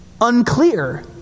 unclear